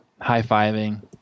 High-fiving